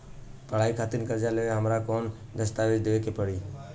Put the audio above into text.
पढ़ाई खातिर कर्जा लेवेला हमरा कौन दस्तावेज़ देवे के पड़ी?